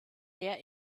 der